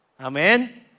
Amen